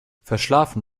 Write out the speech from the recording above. verschlafen